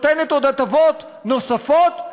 עוד נותנת הטבות נוספות,